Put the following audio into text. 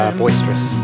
boisterous